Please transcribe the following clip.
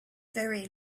very